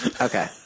Okay